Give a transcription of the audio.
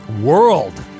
World